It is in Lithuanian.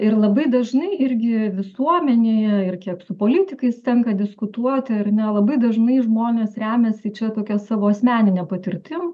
labai dažnai irgi visuomenėje ir kiek su politikais tenka diskutuoti ar ne labai dažnai žmonės remiasi čia tokia savo asmenine patirtim